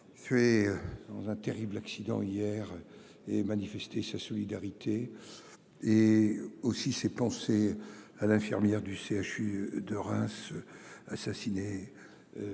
Tués dans un terrible accident hier et manifesté sa solidarité. Et aussi c'est penser à l'infirmière du CHU de Reims. Assassiné.